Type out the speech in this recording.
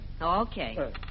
Okay